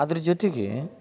ಅದ್ರ ಜೊತಿಗೆ